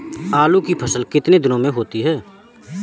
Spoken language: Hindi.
आलू की फसल कितने दिनों में होती है?